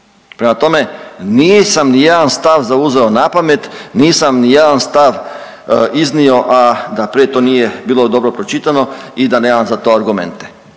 Prema tome, nisam nijedan stav zauzeo napamet, nisam nijedan stav iznio, a da prije to nije bilo dobro pročitano i da nemam za to argumente.